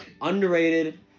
Underrated